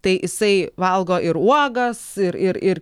tai jisai valgo ir uogas ir ir ir